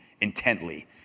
intently